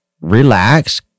relax